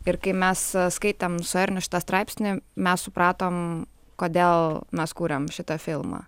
ir kai mes skaitėm su erniu šitą straipsnį mes supratom kodėl mes kuriam šitą filmą